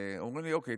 אומרים לי: אוקיי,